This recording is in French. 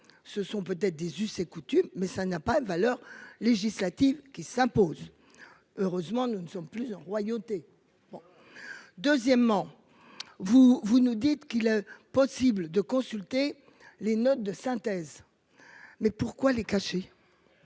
ce sont peut-être des us et coutumes mais ça n'a pas valeur législative qui s'impose. Heureusement nous ne sommes plus en royauté. Bon. Deuxièmement, vous, vous nous dites qu'il est possible de consulter les notes de synthèse. Mais pourquoi les cacher.